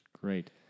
Great